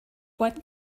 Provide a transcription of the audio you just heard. one